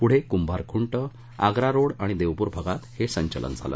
पुढे कुंभार खुंट आग्रारोड आणि देवपूर भागात हे संचलन झालं